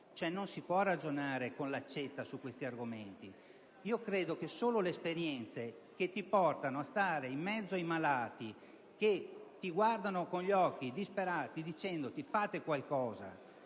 Non si può ragionare con l'accetta su questi argomenti. Credo mi comprenda solo chi ha vissuto esperienze che ti portano a stare in mezzo ai malati che ti guardano con gli occhi disperati dicendo di fare qualcosa